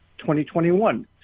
2021